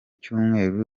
cyumweru